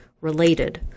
related